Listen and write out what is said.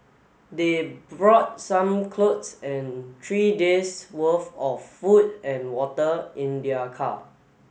they brought some clothes and three days' worth of food and water in their car